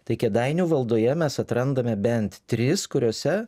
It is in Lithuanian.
tai kėdainių valdoje mes atrandame bent tris kuriose